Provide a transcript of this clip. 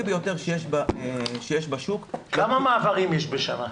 ביותר שיש בשוק -- כמה מעברים יש בשנה?